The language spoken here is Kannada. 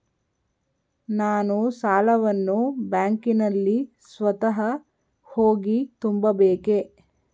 ನಾನು ಸಾಲವನ್ನು ಬ್ಯಾಂಕಿನಲ್ಲಿ ಸ್ವತಃ ಹೋಗಿ ತುಂಬಬೇಕೇ?